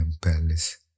Palace